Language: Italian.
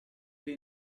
più